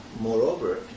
Moreover